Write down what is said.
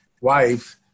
wife